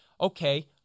okay